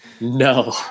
No